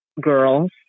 girls